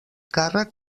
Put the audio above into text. càrrec